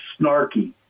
snarky